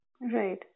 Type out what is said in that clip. Right